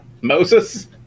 Moses